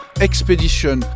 Expedition